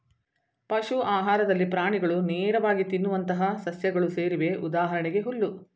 ಪಶು ಆಹಾರದಲ್ಲಿ ಪ್ರಾಣಿಗಳು ನೇರವಾಗಿ ತಿನ್ನುವಂತಹ ಸಸ್ಯಗಳು ಸೇರಿವೆ ಉದಾಹರಣೆಗೆ ಹುಲ್ಲು